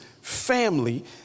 family